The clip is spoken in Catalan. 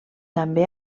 també